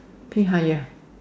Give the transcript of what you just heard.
pay higher